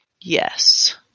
Yes